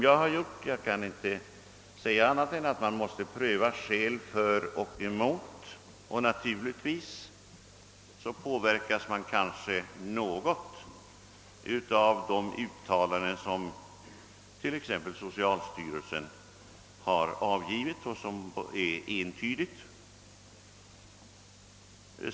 Jag upprepar att man måste pröva skäl för och emot, och naturligtvis påverkas man något av de uttalanden som t.ex. socialstyrelsen gjort och som är entydiga.